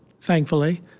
thankfully